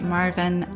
Marvin